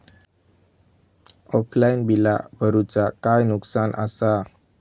Offline बिला भरूचा काय नुकसान आसा?